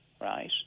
right